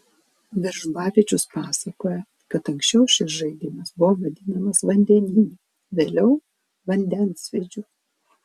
veržbavičius pasakoja kad anksčiau šis žaidimas buvo vadinamas vandeniniu vėliau vandensvydžiu